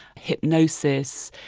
hypnosis,